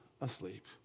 asleep